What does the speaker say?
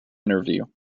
interview